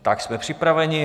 Tak jsme připraveni.